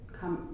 come